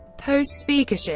post-speakership